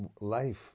life